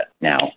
now